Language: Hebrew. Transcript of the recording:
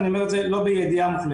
אני אומר את זה לא בידיעה מוחלטת.